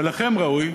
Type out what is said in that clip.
ולכם ראוי,